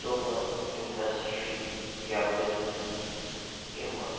تٔمہِ اِنٛڈَسٹِری یا بِزنٮ۪س اِمہٕ